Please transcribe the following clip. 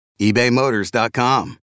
ebaymotors.com